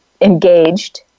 engaged